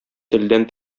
телдән